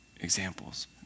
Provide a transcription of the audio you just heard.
examples